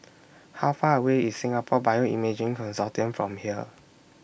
How Far away IS Singapore Bioimaging Consortium from here